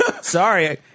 Sorry